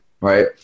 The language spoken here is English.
right